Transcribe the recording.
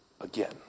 again